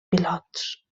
pilots